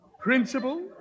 Principal